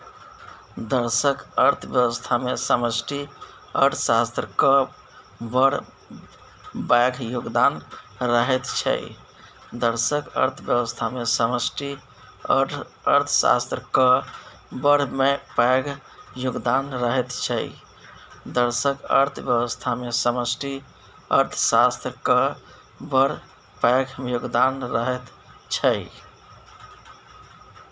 देशक अर्थव्यवस्थामे समष्टि अर्थशास्त्रक बड़ पैघ योगदान रहैत छै